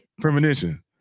premonition